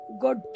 Good